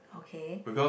okay